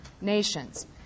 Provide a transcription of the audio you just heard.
Nations